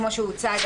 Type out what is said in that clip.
כמו שהוצג,